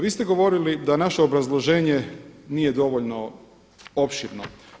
Vi ste govorili da naše obrazloženje nije dovoljno opširno.